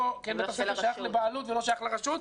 שבית הספר שייך לבעלות ולא שייך לרשות.